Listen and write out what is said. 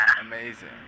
Amazing